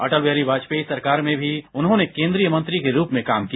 अटल बिहारी वाजपेयी सरकार में भी उन्होंने केन्द्रीय मंत्री के रूप में काम किया